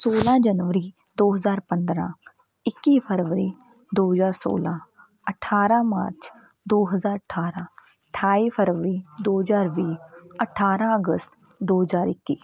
ਸੌਲਾਂ ਜਨਵਰੀ ਦੋ ਹਜ਼ਾਰ ਪੰਦਰਾਂ ਇੱਕੀ ਫਰਵਰੀ ਦੋ ਹਜ਼ਾਰ ਸੌਲਾਂ ਅਠਾਰਾਂ ਮਾਰਚ ਦੋ ਹਜ਼ਾਰ ਅਠਾਰਾਂ ਅਠਾਈ ਫਰਵਰੀ ਦੋ ਹਜ਼ਾਰ ਵੀਹ ਅਠਾਰਾਂ ਅਗਸਤ ਦੋ ਹਜ਼ਾਰ ਇੱਕੀ